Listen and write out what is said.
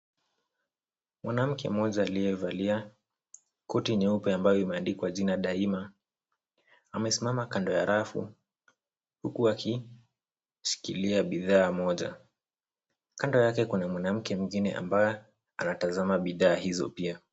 Mwanamke mmoja aliyevalia koti nyeupe ambayo imeandikwa jina Daima amesimama kando ya rafu huku akishikilia bidhaa moja. Kando yake kuna mwanamke mwingine ambaye anatazama bidhaa hizo pia.